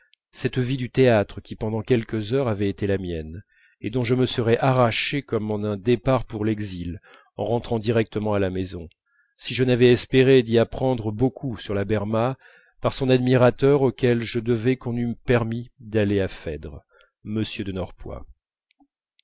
cette vie du théâtre qui pendant quelques heures avait été la mienne et dont je me serais arraché comme en un départ pour l'exil en rentrant directement à la maison si je n'avais espéré d'y apprendre beaucoup sur la berma par son admirateur auquel je devais qu'on m'eût permis d'aller à